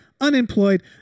unemployed